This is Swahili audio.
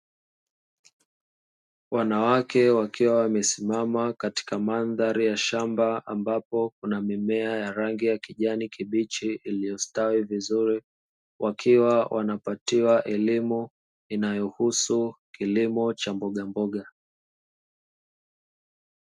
Wanawake wakiwa wamesimama katika mandhari ya shamba ambapo kuna mimea ya rangi ya kijani kibichi iliyostawi vizuri, wakiwa wanapatiwa elimu inayohusu kilimo cha mbogamboga.